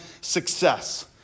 success